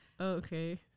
okay